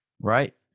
right